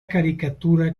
caricatura